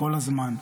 כל הזמן,